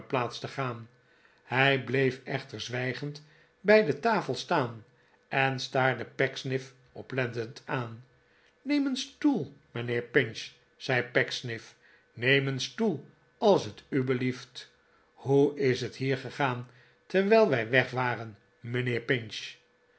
te gaan hij bleef echter zwijgend bij de tafel staan en staarde pecksniff oplettend aan t neem een stoel mijnheer pinch zei pecksniff neem een stoel als het u belief hoe is het hier gegaan terwijl wij weg waren mijnheer pinch